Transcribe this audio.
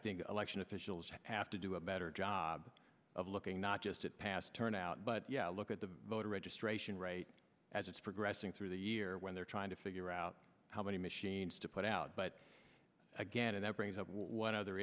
think election officials have to do a better job of looking not just at past turnout but look at the voter registration rate as it's progressing through the year when they're trying to figure out how many machines to put out but again and that brings up one other